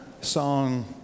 song